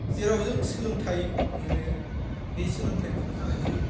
जेराव जों सोलोंथाइ मोनो बे सोलोंथाइ मोन्नो थाखायसो